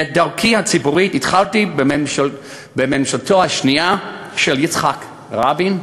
ואת דרכי הציבורית התחלתי בממשלתו השנייה של יצחק רבין,